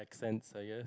sands I guess